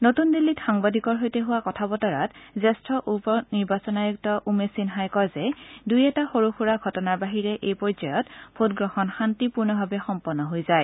নতুন দিল্লীত সাংবাদিকৰ সৈতে হোৱা কথাবতৰাত জ্যোষ্ঠ উপ নিৰ্বাচন আয়ুক্ত উমেশ সিন্হাই কয় যে দুই এটা সৰুসুৰা ঘটনাৰ বাহিৰে এই পৰ্যায়ত ভোটগ্ৰহণ শান্তিপূৰ্ণভাৱে সম্পন্ন হৈ যায়